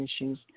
issues